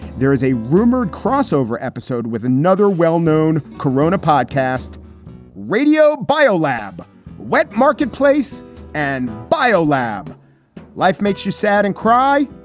there is a rumored crossover episode with another well-known korona podcast radio bio lab where marketplace and bio lab life makes you sad and cry.